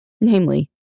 namely